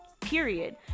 period